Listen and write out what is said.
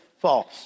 false